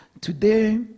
today